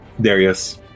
Darius